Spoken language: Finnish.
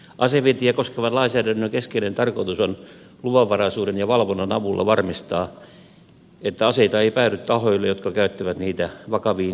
asevientiä koskevan lainsäädännön keskeinen tarkoitus on luvanvaraisuuden ja valvonnan avulla varmistaa että aseita ei päädy tahoille jotka käyttävät niitä vakaviin ihmisoikeusloukkauksiin